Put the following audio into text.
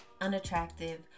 unattractive